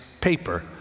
paper